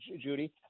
Judy